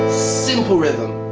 simple rythm.